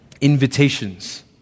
invitations